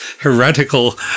heretical